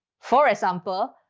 for example,